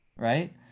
Right